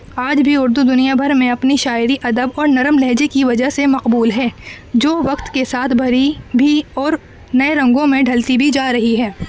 آج بھی اردو دنیا بھر میں اپنی شاعری ادب اور نرم لہجے کی وجہ سے مقبول ہے جو وقت کے ساتھ بھری بھی اور نئے رنگوں میں ڈھلتی بھی جا رہی ہے